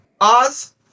Oz